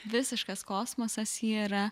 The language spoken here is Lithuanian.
visiškas kosmosas yra